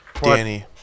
Danny